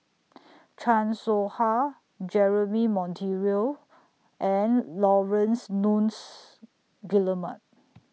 Chan Soh Ha Jeremy Monteiro and Laurence Nunns Guillemard